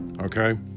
Okay